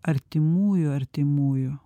artimųjų artimųjų